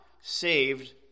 saved